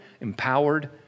empowered